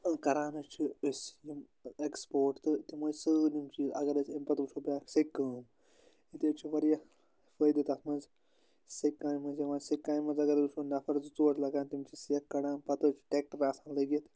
کَران حظ چھِ أسۍ یِم ایٚکٕسپورٹ تہٕ تِم حظ سٲلِم یِم چیٖز اَگر أسۍ اَمہِ پَتہٕ وٕچھو بٛاکھ سیٚکہِ کٲم ییٚتہِ حظ چھِ واریاہ فٲیدٕ تَتھ منٛز سیٚکہِ کامہِ منٛز یِوان سیکہ کامہِ منٛز اگر أسۍ وٕچھو نَفَر زٕ ژور لَگان تِم چھِ سیکھ کَڑان پَتہٕ حظ چھِ ٹریٚکٹَر آسان لٔگِتھ